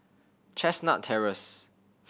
Chestnut Terrace